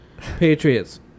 Patriots